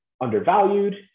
undervalued